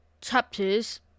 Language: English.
chapters